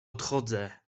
odchodzę